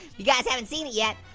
you guys haven't seen it yet.